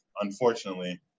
unfortunately